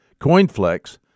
CoinFlex